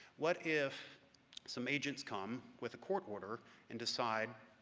what if some agents come with a court order and decide,